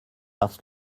parce